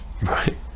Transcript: Right